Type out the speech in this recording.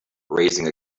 raising